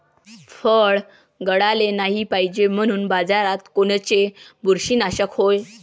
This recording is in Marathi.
फळं गळाले नाही पायजे म्हनून बाजारात कोनचं बुरशीनाशक हाय?